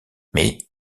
mais